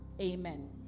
Amen